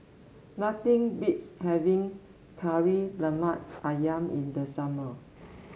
nothing beats having Kari Lemak ayam in the summer